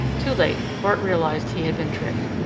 too late, bart realized he had been tricked.